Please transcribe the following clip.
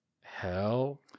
Hell